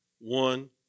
one